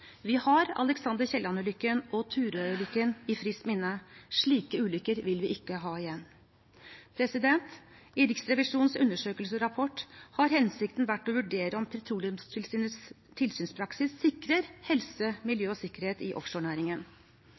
Vi har Alexander Kielland-ulykken og Turøy-ulykken i friskt minne. Slike ulykker vil vi ikke ha igjen. I Riksrevisjonens undersøkelsesrapport har hensikten vært å vurdere om Petroleumstilsynets tilsynspraksis sikrer helse, miljø og sikkerhet i offshorenæringen.